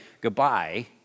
goodbye